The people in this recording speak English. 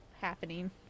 happening